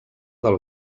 del